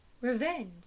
revenge